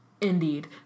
indeed